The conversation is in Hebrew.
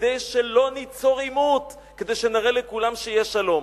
כדי שלא ניצור עימות, כדי שנראה לכולם שיש שלום.